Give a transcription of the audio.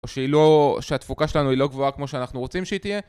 או שהיא לא שהתפוקה שלנו היא לא גבוהה כמו שאנחנו רוצים שהיא תהיה